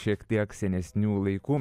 šiek tiek senesnių laikų